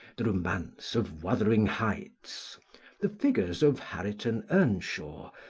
the romance of wuthering heights the figures of hareton earnshaw,